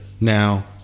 Now